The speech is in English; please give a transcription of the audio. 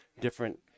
different